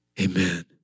Amen